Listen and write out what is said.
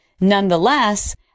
Nonetheless